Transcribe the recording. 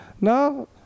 No